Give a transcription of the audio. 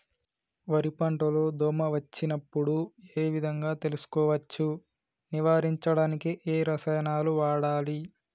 వరి పంట లో దోమ వచ్చినప్పుడు ఏ విధంగా తెలుసుకోవచ్చు? నివారించడానికి ఏ రసాయనాలు వాడాలి?